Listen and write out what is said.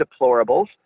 deplorables